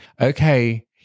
okay